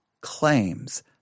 claims